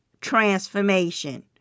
transformation